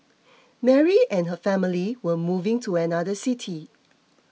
Mary and her family were moving to another city